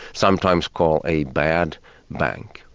sometimes called a bad bank.